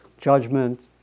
judgment